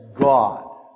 God